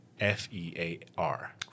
F-E-A-R